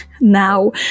now